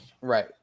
Right